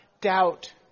doubt